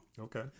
Okay